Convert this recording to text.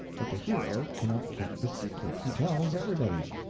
but the hero cannot keep the secret he tells everybody.